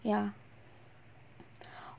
ya